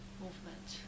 movement